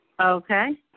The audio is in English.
Okay